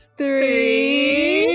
three